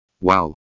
Wow